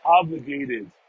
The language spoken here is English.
obligated